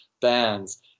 bands